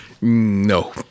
no